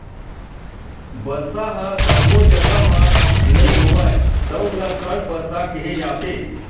बरसा ह सब्बो जघा म नइ होवय तउन ल खंड बरसा केहे जाथे